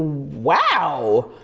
wow!